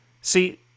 See